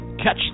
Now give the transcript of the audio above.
Catch